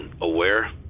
aware